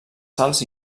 sals